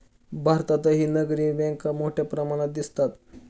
भारतातही नागरी बँका मोठ्या प्रमाणात दिसतात